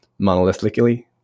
monolithically